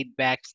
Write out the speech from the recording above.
feedbacks